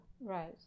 Right